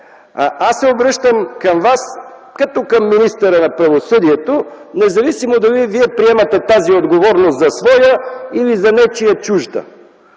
Аз се обръщам към Вас като към министъра на правосъдието независимо дали Вие приемате тази отговорност за своя, или за нечия чужда.